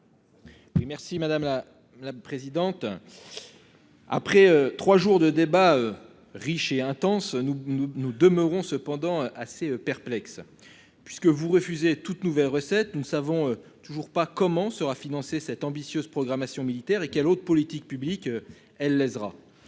merci madame la la présidente. Après 3 jours de débats riches et intenses, nous nous nous demeurons cependant assez perplexe puisque vous refusez toute nouvelle recette, nous ne savons toujours pas comment sera financée cette ambitieuse programmation militaire et quel autre politique publique. Elle laissera